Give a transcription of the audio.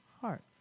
heart